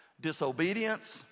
disobedience